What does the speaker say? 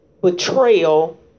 betrayal